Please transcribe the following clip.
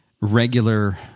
regular